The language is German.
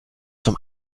zum